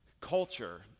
culture